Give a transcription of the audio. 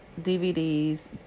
DVDs